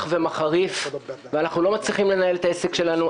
ומחריף ואנחנו לא מצליחים לנהל את העסק שלנו.